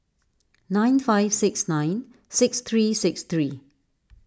nine five six nine six three six three